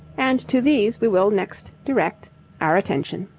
and to these we will next direct our attention.